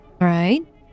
Right